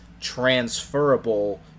transferable